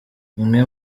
umwe